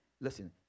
listen